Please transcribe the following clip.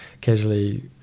casually